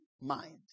mind